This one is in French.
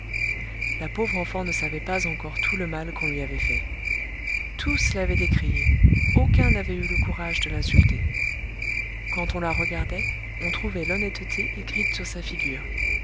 la pauvre enfant ne savait pas encore tout le mal qu'on lui avait fait tous l'avaient décriée aucun n'avait eu le courage de l'insulter quand on la regardait on trouvait l'honnêteté écrite sur sa figure